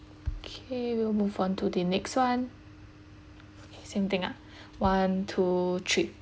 okay we'll move on to the next [one] same thing ah one two three